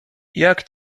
jak